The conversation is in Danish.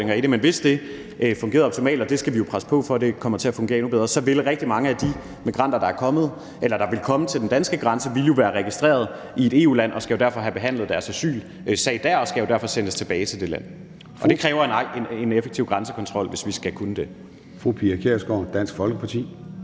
er udfordringer i det, og vi skal jo presse på for, at det kommer til at fungere endnu bedre – så vil rigtig mange af de migranter, der vil komme til den danske grænse, være registreret i et EU-land og skal derfor have behandlet deres asylsag der, og de skal derfor sendes tilbage til det land. Og det kræver en effektiv grænsekontrol, hvis vi skal kunne det.